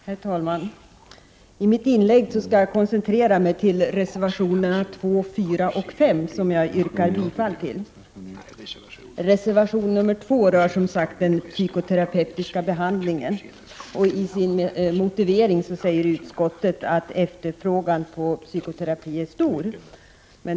Herr talman! I mitt inlägg skall jag koncentrera mig på reservationerna 2, 4 och 5, som jag yrkar bifall till. Reservation 2 rör, som sagt, den psykoterapeutiska behandlingen. Utskottet säger i sin motivering att efterfrågan på psykoterapi är stor.